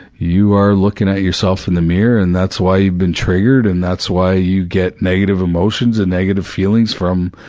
you are looking at yourself in the mirror and that's why you've been triggered and that's why you get negative emotions and negative feelings from,